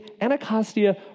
Anacostia